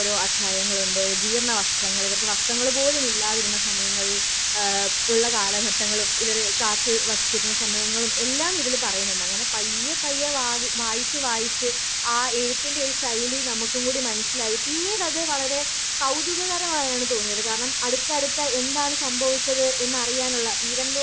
ഓരോ അദ്ധ്യായങ്ങൾ ഉണ്ട് ജീർണ്ണ വസ്ത്രങ്ങൾ ഇവർക്ക് വസ്ത്രങ്ങള് പോലും ഇല്ലാതിരുന്ന സമയങ്ങൾ ഉള്ള കാലഘട്ടങ്ങളും ഇവര് കാട്ടിൽ വസിച്ചിരുന്ന സമയങ്ങളും എല്ലാം ഇതില് പറയുന്നുണ്ട് അങ്ങനെ പയ്യെപ്പയ്യെ വാതി വായിച്ച് വായിച്ച് ആ എഴുത്തിന്റെ ഒര് ശൈലി നമുക്കും കൂടി മനസിലായി പിന്നീടത് വളരെ കൗതുകകരമായാണ് തോന്നിയത് കാരണം അടുത്തടുത്ത എന്താണ് സംഭവിച്ചത് എന്നറിയാനുള്ള ഈവൻ ദോ